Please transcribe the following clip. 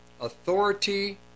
authority